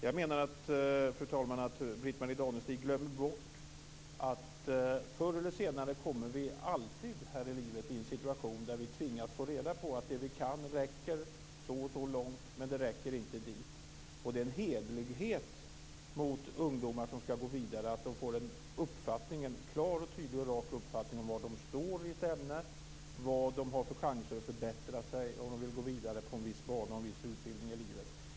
Jag menar, fru talman, att Britt-Marie Danestig glömmer bort att vi förr eller senare alltid här i livet kommer i en situation där vi tvingas få reda på att det vi kan räcker så och så långt men inte längre. Det är att visa en hederlighet mot ungdomar som skall gå vidare att de får en tydlig och rak uppfattning om var de står i ett ämne, vad de har för chanser att förbättra sig om de vill gå vidare på en viss bana och en viss utbildning.